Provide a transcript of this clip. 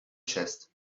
chest